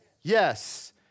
Yes